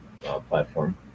platform